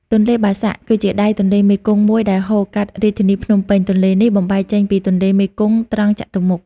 ទន្លេបាសាក់ គឺជាដៃទន្លេមេគង្គមួយដែលហូរកាត់រាជធានីភ្នំពេញ។ ទន្លេនេះបំបែកចេញពីទន្លេមេគង្គត្រង់ចតុមុខ។